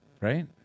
Right